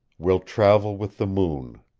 we'll travel with the moon.